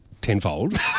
tenfold